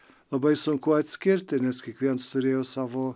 labai sunku atskirti nes kiekviens turėjo savo